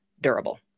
durable